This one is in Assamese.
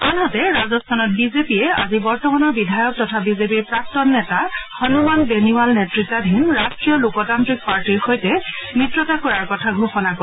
আনহাতে ৰাজস্থানত বিজেপিয়ে আজি বৰ্তমানৰ বিধায়ক তথা বিজেপিৰ প্ৰাক্তন নেতা হনুমান বেনিৱাল নেতৃতাধীন ৰাষ্টীয় লোকতান্ত্ৰিক পাৰ্টীৰ সৈতে মিত্ৰতা কৰাৰ কথা ঘোষণা কৰে